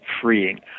freeing